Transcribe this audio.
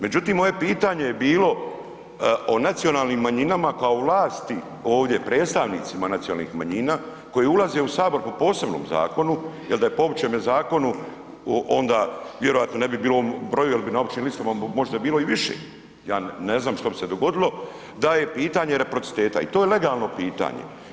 Međutim, moje pitanje je bilo o nacionalnim manjinama kao vlasti ovdje, predstavnicima nacionalnih manjina koje ulaze u Sabor po posebnom zakonu jer da je po općem zakonu, onda vjerojatno ne bi bilo na broju jer bi na općim listama možda bilo i više, ja ne znam što bi se dogodilo da je pitanje reciprociteta i to je legalno pitanje.